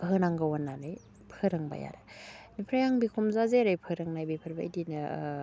होनांगौ होन्नानै फोरोंबाय आरो ओमफ्राय आं बिखुनजोआ जेरै फोरोंनाय बिफोरबायदिनो